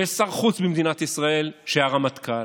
ויש שר חוץ במדינת ישראל שהיה רמטכ"ל.